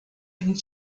dem